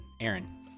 Aaron